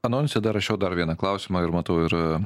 anonse dar rašiau dar vieną klausimą ir matau ir